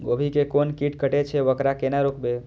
गोभी के कोन कीट कटे छे वकरा केना रोकबे?